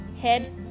head